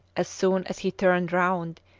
as soon as he turned round,